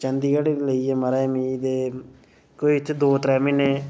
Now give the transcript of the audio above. चंढीगड़ लेई ऐ माराज मिगी ते कोई इत्थै दो त्रै म्हीनें